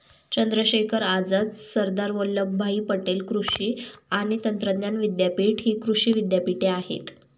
चंद्रशेखर आझाद, सरदार वल्लभभाई पटेल कृषी आणि तंत्रज्ञान विद्यापीठ हि कृषी विद्यापीठे आहेत